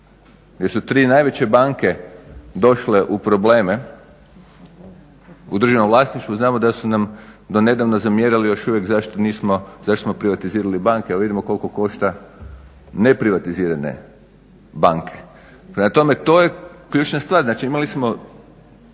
gdje su tri najveće banke došle u probleme u državnom vlasništvu. Znamo da su nam donedavno zamjerali još uvijek zašto nismo, zašto smo privatizirali banke. Evo vidimo koliko košta neprivatizirane banke. Prema tome to je ključna stvar. Znači imali smo